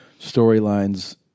storylines